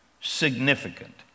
significant